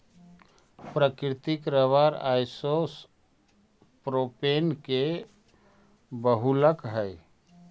प्राकृतिक rubber isopropene के बहुलक हई